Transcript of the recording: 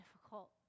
difficult